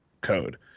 code